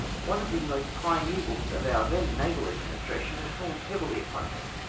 one of the most crying evils of our then naval ad ministration had fallen heavily upon me,